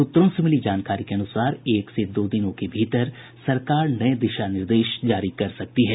सूत्रों से मिली जानकारी के अनुसार एक से दो दिनों के भीतर सरकार नये दिशा निर्देश जारी कर सकती है